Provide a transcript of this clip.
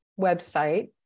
website